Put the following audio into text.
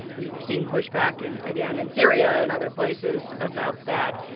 we've seen pushback and again in syria and other places about that.